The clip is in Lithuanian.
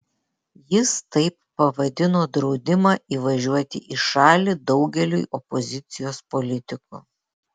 jis taip pavadino draudimą įvažiuoti į šalį daugeliui opozicijos politikų